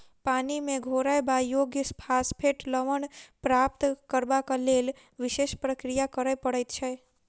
पानि मे घोरयबा योग्य फास्फेट लवण प्राप्त करबाक लेल विशेष प्रक्रिया करय पड़ैत छै